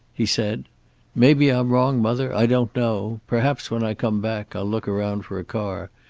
he said maybe i'm wrong, mother. i don't know. perhaps, when i come back, i'll look around for a car.